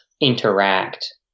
interact